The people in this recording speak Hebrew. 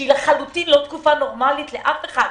שהיא לחלוטין לא נורמלית לאף אחד,